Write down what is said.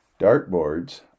Dartboards